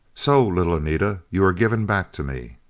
so, little anita, you are given back to me!